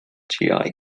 ĝiaj